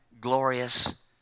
glorious